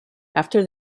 after